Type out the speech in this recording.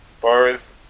bars